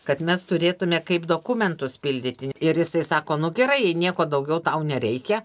kad mes turėtume kaip dokumentus pildyti ir jisai sako nu gerai jei nieko daugiau tau nereikia